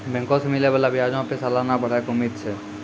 बैंको से मिलै बाला ब्याजो पे सलाना बढ़ै के उम्मीद छै